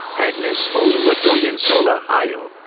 agnes oluwadoyinsola ayo.